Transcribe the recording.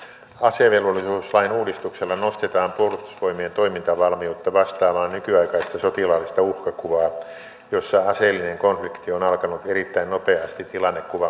asevelvollisuuslain uudistuksella nostetaan puolustusvoimien toimintavalmiutta vastaamaan nykyaikaista sotilaallista uhkakuvaa jossa aseellinen konflikti on alkanut erittäin nopeasti tilannekuvan muuttuessa